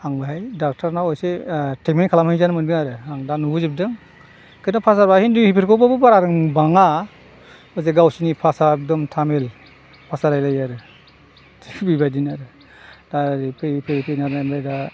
आं बेवहाय डक्ट'रनाव एसे त्रितमेन्त खालामहैजानो मोनबाय आरो आं दा नुबोजोबदों किन्तु भासाबा हिन्दि बेफोरखौबो बारा रोंबाङा जे गावसोरनि भासा एकदम टामिल भासा रायलायो आरो ति भि बायदिनो आरो दा फैयै फैयै फैनानै ओमफ्राय दा